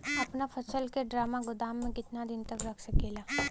अपना फसल की ड्रामा गोदाम में कितना दिन तक रख सकीला?